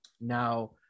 Now